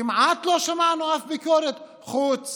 כמעט לא שמענו אף ביקורת, חוץ